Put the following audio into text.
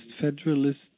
federalist